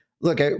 Look